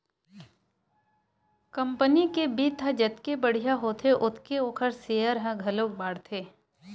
company के बित्त ह जतके बड़िहा होथे ओतके ओखर सेयर ह घलोक बाड़थे